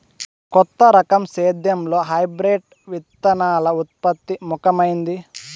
కొత్త రకం సేద్యంలో హైబ్రిడ్ విత్తనాల ఉత్పత్తి ముఖమైంది